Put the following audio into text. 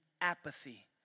apathy